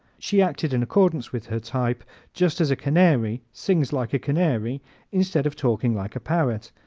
she acted in accordance with her type just as a canary sings like a canary instead of talking like a parrot,